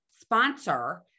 sponsor